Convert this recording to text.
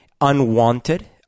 unwanted